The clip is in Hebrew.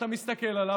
אתה מסתכל עליו,